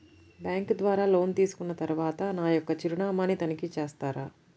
Bank ద్వారా loan తీసుకున్న తరువాత నా యొక్క చిరునామాని తనిఖీ చేస్తారా?